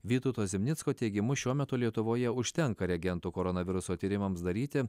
vytauto zimnicko teigimu šiuo metu lietuvoje užtenka reagentų koronaviruso tyrimams daryti